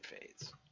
fades